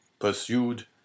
pursued